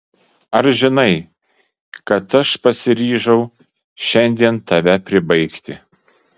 ar žinai kad aš pasiryžau šiandien tave pribaigti